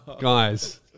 Guys